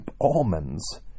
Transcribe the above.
almonds